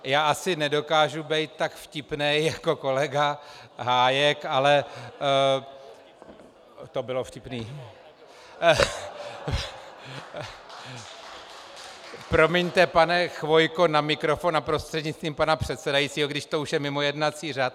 Já asi nedokážu bejt tak vtipnej jako kolega Hájek, ale to bylo vtipný promiňte, pane Chvojko, na mikrofon a prostřednictvím pana předsedajícího, i když to už je mimo jednací řád.